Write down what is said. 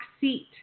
seat